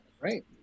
Right